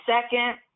second